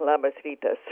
labas rytas